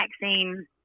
Vaccine